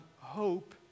hope